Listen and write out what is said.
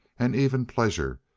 and even pleasure,